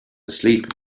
asleep